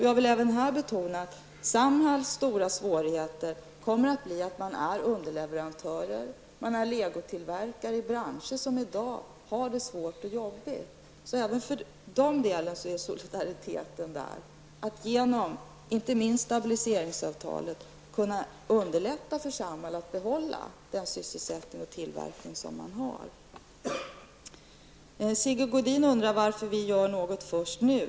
Jag vill även här betona att Samhalls stora svårighet kommer att bli att man är underleverantör och legotillverkare i branscher som i dag har det svårt och jobbigt. Även för Samhalls del gäller solidariteten, dvs. att inte minst genom stabiliseringsavtalet kunna underlätta för Samhall att behålla den sysselsättning och tillverkning man har. Sigge Godin undrar varför regeringen gör något först nu.